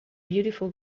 beautiful